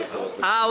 הצבעה בעד,